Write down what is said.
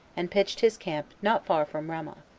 and pitched his camp not far from ramoth.